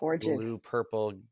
blue-purple